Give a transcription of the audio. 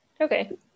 okay